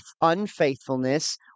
unfaithfulness